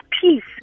peace